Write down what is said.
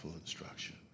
instruction